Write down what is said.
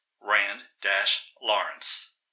rand-lawrence